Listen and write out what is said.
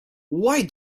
why